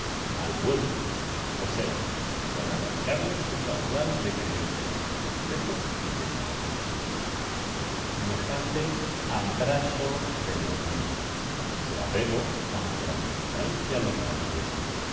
al pueblo o sea por arrancarle su caudal de creencias respetos y temores semejante atraso de los niños su apego a lo tradicional y a lo maravilloso